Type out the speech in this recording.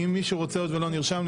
אם מישהו רוצה עוד ולא נרשם,